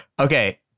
okay